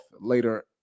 later